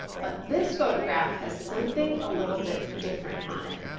but this photograph, has something a little bit different on it.